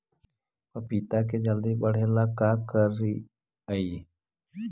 पपिता के जल्दी बढ़े ल का करिअई?